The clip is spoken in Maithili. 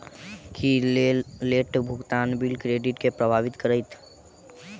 की लेट भुगतान बिल क्रेडिट केँ प्रभावित करतै?